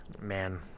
Man